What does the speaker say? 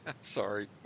sorry